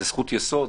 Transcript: זו זכות יסוד.